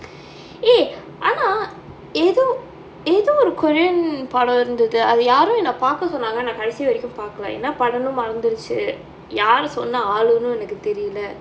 eh ஆனா ஏதோ ஏதோ ஒரு:aanaa etho etho oru korean படம் இருந்தது அது யாரோ என்ன பாக்க சொன்னாங்கே நான் கடைசி வரைக்கும் பாக்கல என்னா படனோ மறந்திருச்சு யாரு சொன்ன ஆளுனோ எனக்கு தெரில:padam irunthathu athu yaaro ennae paakka sonnaangae naan kadaisi varaikum paakkalae ennaa padano maranthiruchchu yaaru sonnaa aaluno enakku therila